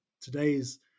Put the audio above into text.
Today's